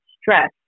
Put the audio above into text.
stress